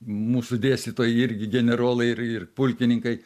mūsų dėstytojai irgi generolai ir ir pulkininkai